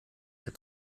der